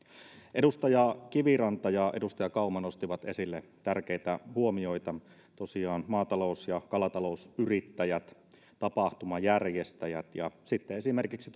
edustaja kiviranta ja edustaja kauma nostivat esille tärkeitä huomioita tosiaan maatalous ja kalatalousyrittäjät tapahtumajärjestäjät ja sitten esimerkiksi